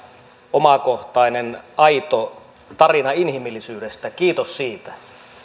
omakohtainen aito tarina inhimillisyydestä kiitos siitä